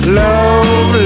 love